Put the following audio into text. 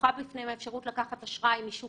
מימון